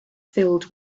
filled